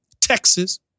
Texas